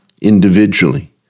individually